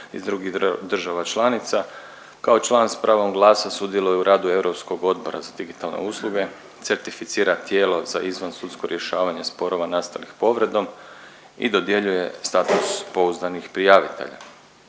iz drugih država članica, kao član s pravom glasa sudjeluje u radu europskog odbora za digitalne usluge, certificira tijelo za izvansudsko rješavanje sporova nastalih povredom i dodjeljuje status pouzdanih prijavitelja.